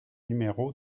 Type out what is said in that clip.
numéro